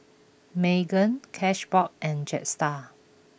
Megan Cashbox and Jetstar